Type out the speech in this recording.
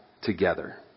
together